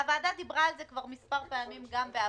הוועדה דיברה על זה כבר מספר פעמים גם בעבר,